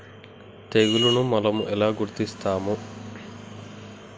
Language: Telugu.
తెగులుని మనం ఎలా గుర్తిస్తాము?